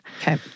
okay